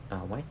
ah why